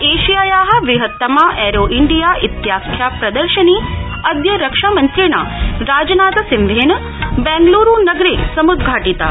एशियाया बृहत्तमा aero India इत्याख्या प्र र्शनी अद्य रक्षामन्त्रिणा राजनाथ सिंहेन बैंगलूरू नगरे समुद्घाटिता